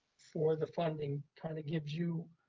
for the funding kind of gives you